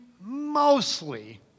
mostly